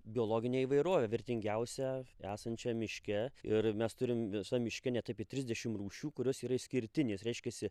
biologinę įvairovę vertingiausią esančią miške ir mes turim visam miške net apie trisdešim rūšių kurios yra išskirtinės reiškiasi